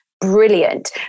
Brilliant